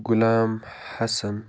Ghulam Hassan